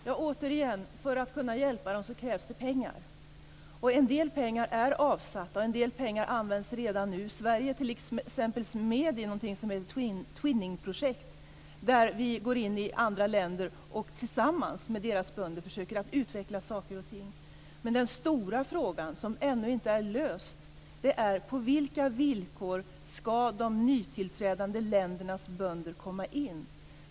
Herr talman! Återigen: För att kunna hjälpa dem krävs det pengar. En del pengar är avsatta, och en del pengar används redan nu. Sverige är t.ex. med i någonting som heter twinningprojekt där vi går in i andra länder och tillsammans med deras bönder försöker att utveckla saker och ting. Men den stora frågan som ännu inte är löst är: På vilka villkor ska de nytillträdande ländernas bönder komma in?